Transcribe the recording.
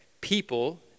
people